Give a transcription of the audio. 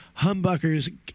humbuckers